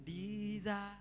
desire